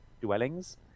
dwellings